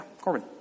Corbin